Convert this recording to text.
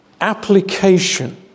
application